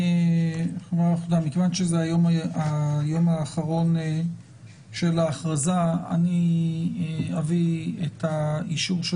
מכיוון שזה היום האחרון של ההכרזה אני אביא את האישור של